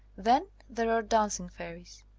then there are dancing fairies.